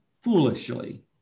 foolishly